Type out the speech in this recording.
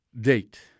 date